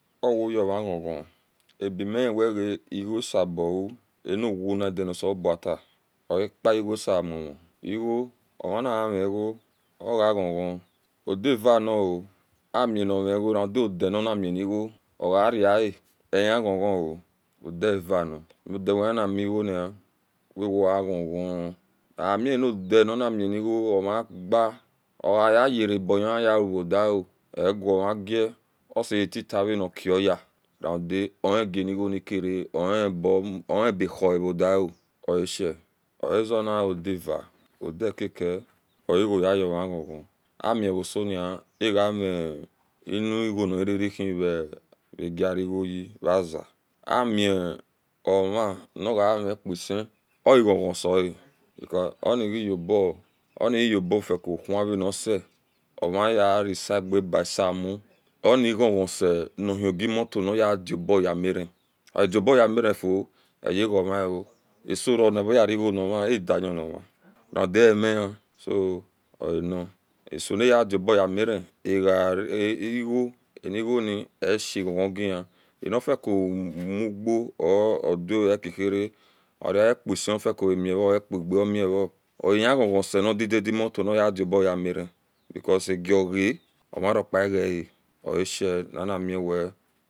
Owoyima ghon ghon abiminiwe galgo sabau aniwina adenoseleba at opa ugsamuvn omanimeigo oga ghon ghon odavana odanawehie namigona ghon ghon ami anodanoramigo ova ogayere obohimuvodeo oghmaze oseyebutavanqua radiome qanigonka ohienbahuavodio oshe ozeonodava odiakake olgoye yoma eghon ghon omioma ohinivamiesi oghon ghon sia because onigayobo uhoma vanisi ovyea isega basimu omi ghon ghon si nahiqamobor niyedioyemara odi obeyemarafui eyegamao asoronyan gonama adiyohama emehin so oan asonayadioboyamira igo enigoni esha ghon ghon gihie anfico mudoo ogawieki mere oga apasio ocomiyo oekda omi vo ono ghon ghon senid idadi motor niyedi oboyamira because agogaomiruku gaya oasae animiwe